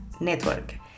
Network